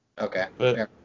Okay